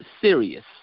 serious